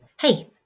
Hey